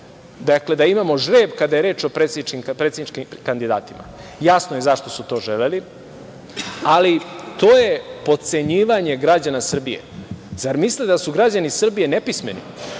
Dakle, da imamo žreb kada je reč o predsedničkim kandidatima. Jasno je zašto su to želeli, ali to je potcenjivanje građana Srbije. Zar misle da su građani Srbije nepismeni